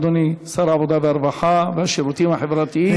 אדוני שר העבודה, הרווחה והשירותים החברתיים ישיב.